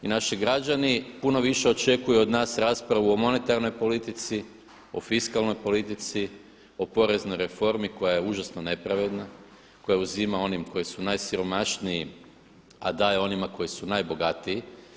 Naši građani puno više očekuju od nas raspravu o monetarnoj politici, o fiskalnoj politici, o poreznoj reformi koja je užasno nepravedna, koja uzima onim koji su najsiromašniji, a daje onima koji su najbogatiji.